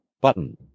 Button